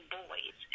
boys